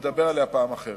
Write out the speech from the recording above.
נדבר עליה פעם אחרת.